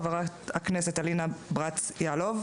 חברת הכנסת אלינה ברדץ'-יאלוב,